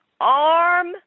arm